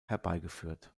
herbeigeführt